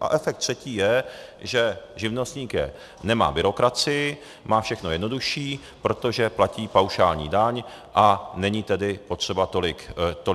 A efekt třetí je, že živnostník nemá byrokracii, má všechno jednodušší, protože platí paušální daň, a není tedy potřeba tolik